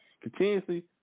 Continuously